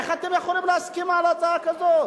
איך אתם יכולים להסכים להצעה כזו?